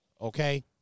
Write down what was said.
okay